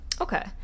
okay